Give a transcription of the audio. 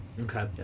okay